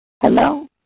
Hello